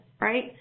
right